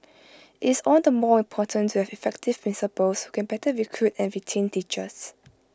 IT is all the more important to have effective principals who can better recruit and retain teachers